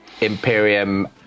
imperium